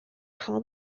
call